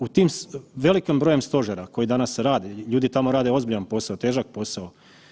U tim, velikom broju stožera koji danas rade ljudi tamo rade ozbiljan posao, težak posao.